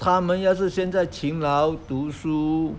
他们要是现在勤劳读书